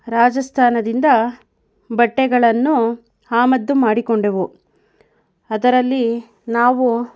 ರಾಜಸ್ಥಾನದಿಂದ ಬಟ್ಟೆಗಳನ್ನು ಆಮದು ಮಾಡಿಕೊಂಡೆವು ಅದರಲ್ಲಿ ನಾವು